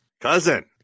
Cousin